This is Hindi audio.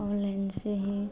ओनलाइन से ही